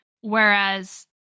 whereas